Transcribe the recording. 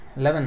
11